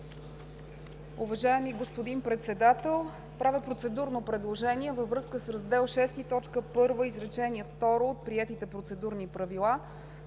Уважаеми господин Председател! Правя процедурно предложение във връзка с Раздел VI, т. 1, второ изречение от приетите Процедурни правила